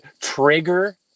trigger